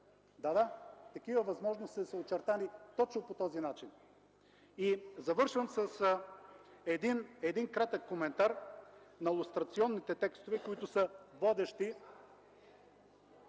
Да, да! Такива възможности са очертани точно по този начин! Завършвам с един кратък коментар на лустрационните текстове, които са водещи